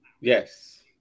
Yes